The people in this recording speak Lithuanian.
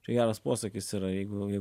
čia geras posakis yra jeigu